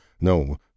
no